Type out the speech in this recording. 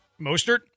Mostert